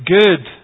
good